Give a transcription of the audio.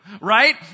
Right